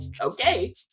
okay